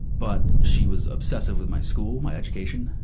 but, she was obsessive with my school, my education.